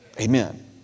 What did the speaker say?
amen